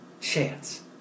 chance